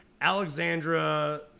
Alexandra